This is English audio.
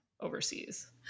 overseas